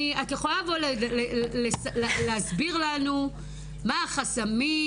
את יכולה לבוא ולהסביר לנו מה החסמים,